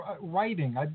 writing